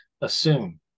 assume